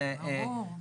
זיהום,